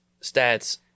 stats